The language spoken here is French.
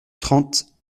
trente